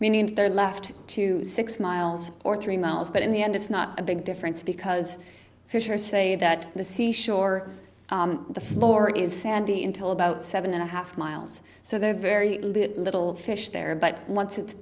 waters meaning they're left to six miles or three miles but in the end it's not a big difference because fisher say that the sea shore the floor is sandy in till about seven and a half miles so they're very little fish there but once it